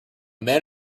man